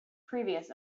previous